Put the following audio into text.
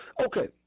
Okay